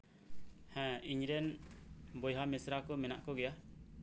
ᱦᱮᱸ ᱤᱧ ᱨᱮᱱ ᱵᱚᱭᱦᱟ ᱢᱤᱥᱨᱟ ᱠᱚ ᱢᱮᱱᱟᱜ ᱠᱚ ᱜᱮᱭᱟ